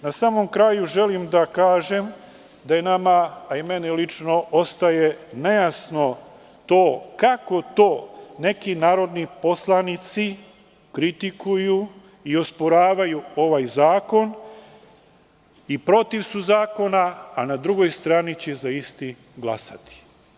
Na samom kraju želim da kažem da nama, a i meni lično, ostaje nejasno kako to neki narodni poslanici kritikuju i osporavaju ovaj zakon i protiv su zakona, a na drugoj strani će za isti glasati?